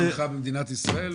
היכן מניסיונך במדינת ישראל,